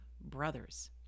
brothers